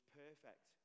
perfect